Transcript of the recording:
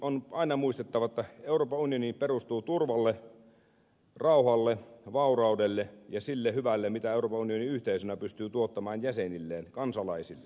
on aina muistettava että euroopan unioni perustuu turvalle rauhalle vauraudelle ja sille hyvälle mitä euroopan unioni yhteisönä pystyy tuottamaan jäsenilleen kansalaisille